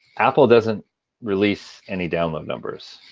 apple doesn't release any download numbers.